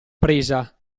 presa